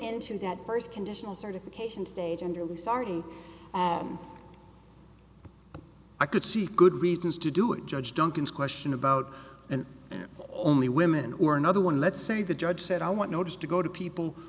into that first conditional certification stage under lusardi i could see good reasons to do it judge duncan's question about an only women or another one let's say the judge said i want notice to go to people